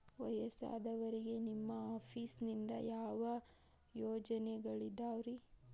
ವಯಸ್ಸಾದವರಿಗೆ ನಿಮ್ಮ ಆಫೇಸ್ ನಿಂದ ಯಾವ ಯೋಜನೆಗಳಿದಾವ್ರಿ?